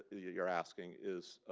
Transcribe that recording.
you're you're asking is,